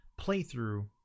playthrough